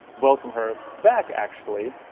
welcome her back, actually,